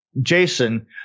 Jason